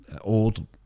old